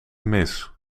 mis